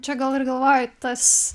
čia gal ir galvoji tas